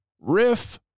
riff